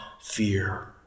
fear